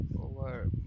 over